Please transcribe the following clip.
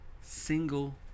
single